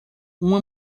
uma